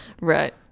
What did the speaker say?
Right